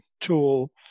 tool